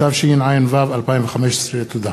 התשע"ו 2015. תודה.